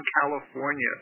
California